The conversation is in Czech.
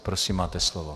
Prosím, máte slovo.